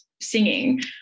singing